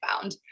found